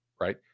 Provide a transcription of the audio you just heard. right